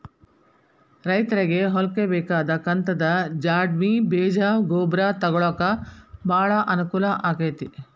ರೈತ್ರಗೆ ಹೊಲ್ಕ ಬೇಕಾದ ಕಂತದ ಜ್ವಾಡ್ಣಿ ಬೇಜ ಗೊಬ್ರಾ ತೊಗೊಳಾಕ ಬಾಳ ಅನಕೂಲ ಅಕೈತಿ